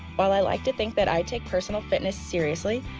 while i like to think that i take personal fitness seriously,